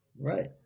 Right